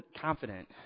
confident